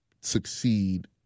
succeed